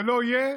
זה לא יהיה